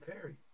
Perry